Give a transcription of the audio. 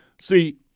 See